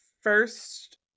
first